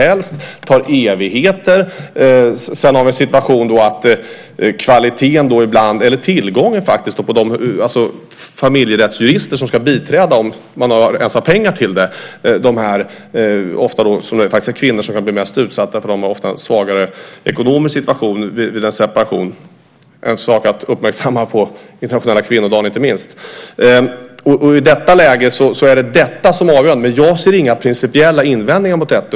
Det tar evigheter. Sedan handlar det om tillgången på de familjerättsjurister som ska biträda dessa kvinnor - det är oftast kvinnor som är mest utsatta eftersom de har en svagare ekonomisk situation vid en separation. Det är något att uppmärksamma på internationella kvinnodagen. Det är detta som är avgörande. Jag har inga principiella invändningar mot detta.